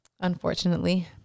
unfortunately